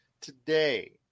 today